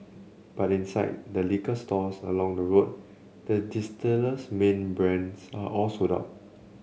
but inside the liquor stores along the road the distiller's main brands are all sold out